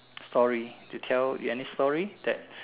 story to tell you any story that